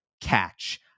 catch